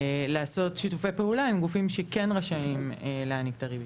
לעשות שיתופי פעולה עם גופים שכן רשאים להעניק את הריבית.